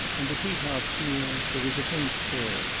on the tree-tops near there was a faint stir,